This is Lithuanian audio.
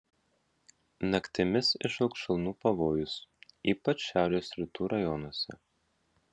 naktimis išaugs šalnų pavojus ypač šiaurės rytų rajonuose